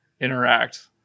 interact